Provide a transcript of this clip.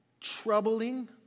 troubling